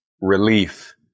relief